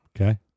okay